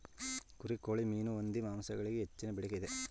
ಕುರಿ, ಕೋಳಿ, ಮೀನು, ಹಂದಿ ಮಾಂಸಗಳಿಗೆ ಹೆಚ್ಚಿನ ಬೇಡಿಕೆ ಇದೆ